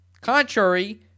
Contrary